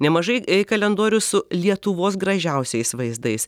nemažai kalendorių su lietuvos gražiausiais vaizdais